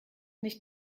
nicht